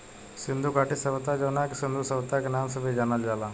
सिंधु घाटी सभ्यता जवना के सिंधु सभ्यता के नाम से भी जानल जाला